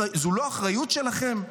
זו לא אחריות שלכם?